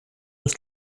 ist